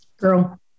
girl